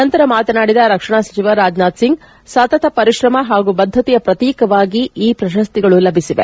ನಂತರ ಮಾತನಾಡಿದ ರಕ್ಷಣಾ ಸಚಿವ ರಾಜನಾಥ್ ಸಿಂಗ್ ಸತತ ಪರಿಶ್ರಮ ಹಾಗೂ ಬದ್ದತೆಯ ಪ್ರತೀಕವಾಗಿ ಈ ಪ್ರಶಸ್ತಿಗಳು ಲಭಿಸಿದೆ